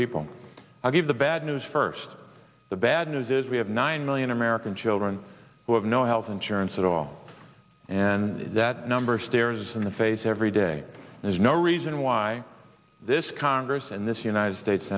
people i'll give the bad news first the bad news is we have nine million american children who have no health insurance at all and that number stares in the face every day there's no reason why this congress and this united states